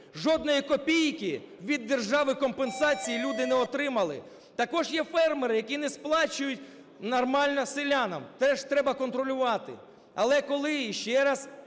Жодної копійки від держави компенсації люди не отримали. Також є фермери, які не сплачують нормально селянам. Теж треба контролювати. Але, коли… І ще раз